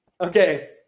okay